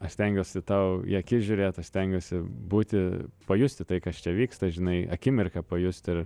aš stengiuosi tau į akis žiūrėt aš stengiuosi būti pajusti tai kas čia vyksta žinai akimirką pajust ir